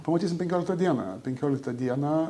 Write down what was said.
pamatysim penkioliktą dieną penkioliktą dieną